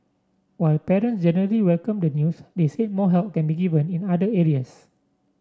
while parents generally welcomed the news they said more help can be given in other areas